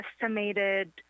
estimated